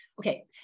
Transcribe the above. Okay